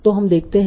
तो हम देखते हैं